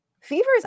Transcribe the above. Fevers